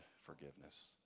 forgiveness